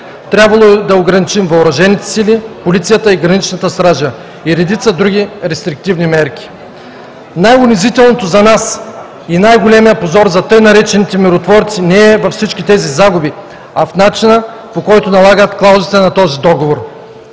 трябвало е да ограничим въоръжените сили, полицията, граничната стража и редица други рестриктивни мерки. Най-унизителното за нас и най-големият позор за тъй наречените миротворци не е във всички тези загуби, а в начина, по който налагат клаузите на този договор.